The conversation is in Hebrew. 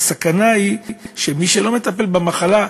הסכנה היא שמי שלא מטפל במחלה,